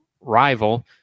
rival